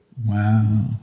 Wow